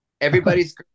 Everybody's